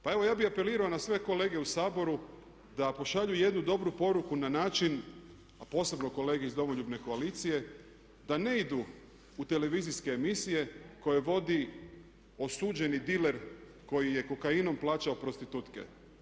Pa evo ja bih apelirao na sve kolege u Saboru da pošalju jednu dobru poruku na način, a posebno kolege iz Domoljubne koalicije da ne idu u televizijske emisije koje vodi osuđeni diler koji je kokainom plaćao prostitutke.